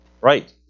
right